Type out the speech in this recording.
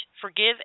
forgive